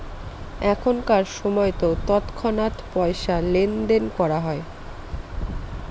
এখনকার সময়তো তৎক্ষণাৎ পয়সা লেনদেন করা হয়